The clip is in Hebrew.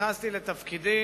וכשנכנסתי לתפקידי